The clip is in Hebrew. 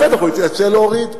ולבטח הוא יציע להוריד.